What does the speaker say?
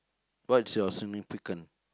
what's your significant